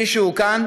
מישהו כאן